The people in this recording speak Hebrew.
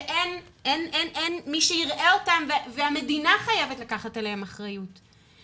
שאין מי שיראה אותם והמדינה חייבת לקחת עליהם אחריות.